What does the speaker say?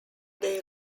day